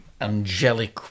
angelic